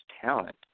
talent